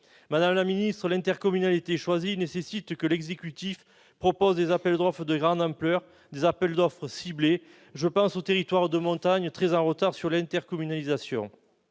Madame la ministre, l'intercommunalité choisie nécessite que l'exécutif propose des appels d'offres de grande ampleur, des appels d'offres ciblés, par exemple aux territoires de montagne, très en retard sur l'intercommunalisation.